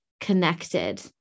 connected